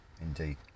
Indeed